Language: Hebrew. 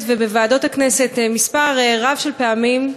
ובוועדות הכנסת מספר רב של פעמים,